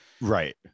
Right